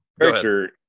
character